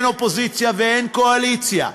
אין אופוזיציה ואין קואליציה,